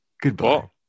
Goodbye